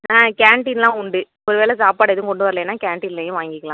ஆ கேன்டீன்லாம் உண்டு ஒருவேளை சாப்பாடு ஏதுவும் கொண்டு வரலைன்னா கேன்டீன்லையும் வாங்கிக்கலாம்